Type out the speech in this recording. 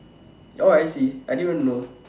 oh I see I didn't even know